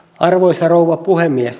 arvoisa rouva puhemies